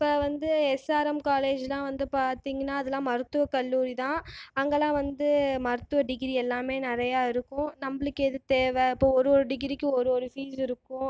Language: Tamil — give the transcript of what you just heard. இப்போ வந்து எஸ்ஆர்எம் காலேஜிலாம் வந்து பார்த்தீங்கனா அதுலாம் மருத்துவ கல்லூரிதான் அங்கேலாம் வந்து மருத்துவ டிகிரி எல்லாமே நிறையாருக்கும் நம்மளுக்கு எது தேவை இப்போ ஒரு ஒரு டிகிரிக்கு ஒரு ஒரு ஃபீஸ்ருக்கும்